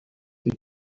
sich